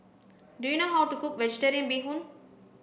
do you know how to cook vegetarian bee hoon